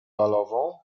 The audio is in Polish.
balową